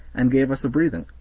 and gave us a breathing.